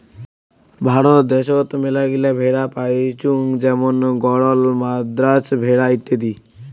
ভারত দ্যাশোত মেলাগিলা ভেড়া পাইচুঙ যেমন গরল, মাদ্রাজ ভেড়া ইত্যাদি